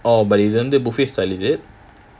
orh but இது வந்து:idhu vandhu buffet style is it